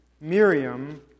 Miriam